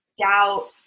doubt